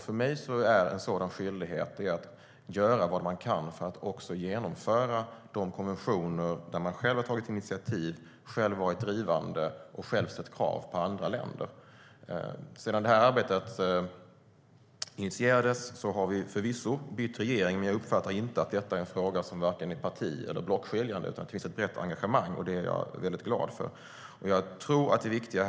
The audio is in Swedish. För mig är en sådan skyldighet att göra vad man kan för att genomföra de konventioner där man själv har tagit initiativ, själv har varit drivande och själv har ställt krav på andra länder. Sedan det här arbetet initierades har vi förvisso bytt regering. Men jag uppfattar inte att detta är en fråga som är vare sig parti eller blockskiljande utan att det finns ett brett engagemang, och det är jag glad för.